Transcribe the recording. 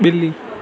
बि॒ली